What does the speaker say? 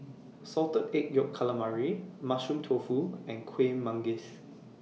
Salted Egg Yolk Calamari Mushroom Tofu and Kueh Manggis